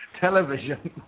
television